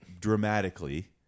dramatically